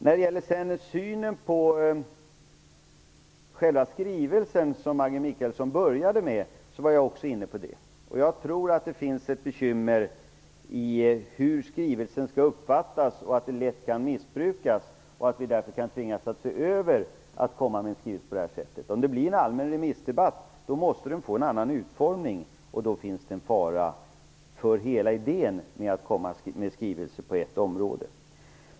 Sedan gäller det synen på själva skrivelsen, det som Maggi Mikaelsson började med. Jag var också inne på det. Jag tror att det finns ett bekymmer i fråga om hur skrivelsen skall uppfattas. Den kan lätt missbrukas. Därför kan vi tvingas se över detta med att komma med en skrivelse på det här sättet. Om det blir en allmän remissdebatt, måste den få en annan utformning, och då finns det en fara för hela idén med att komma med skrivelser på ett område.